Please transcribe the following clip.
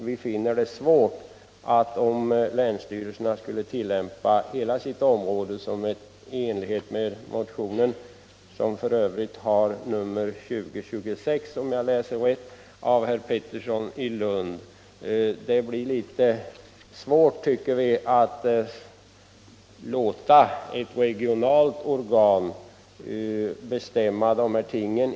Vi finner det svårt att förstå det som sägs i motionen 2026, att ett regionalt organ skulle bestämma de här tingen.